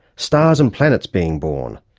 stars and planets being born,